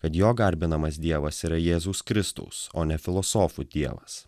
kad jo garbinamas dievas yra jėzaus kristaus o ne filosofų dievas